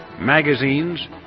magazines